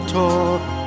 talk